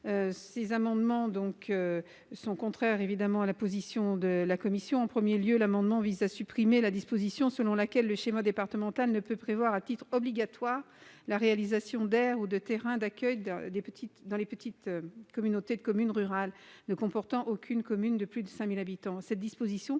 et 28, qui sont contraires à la position de la commission. En premier lieu, ils visent à supprimer la disposition selon laquelle le schéma départemental ne peut prévoir, à titre obligatoire, la réalisation d'aires ou de terrains d'accueil dans les petites communautés de communes rurales ne comportant aucune commune de plus de 5 000 habitants.